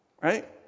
right